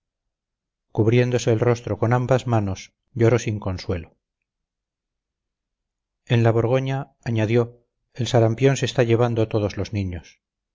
cubriéndose el rostro con ambas manos lloró sin consuelo en la borgoña añadió el sarampión se está llevando todos los niños